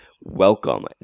welcome